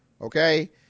Okay